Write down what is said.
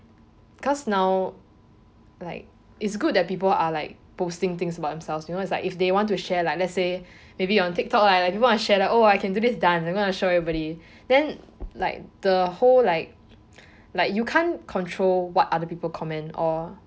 cause now like it's good that people are like posting things about themselves you know is like if they want to share like let's say maybe on tiktok lah people want to share oh I can do this dance I'm going to show everybody then like the whole like like you can't control what other people comment or